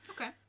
Okay